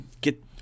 get